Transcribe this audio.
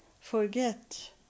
forget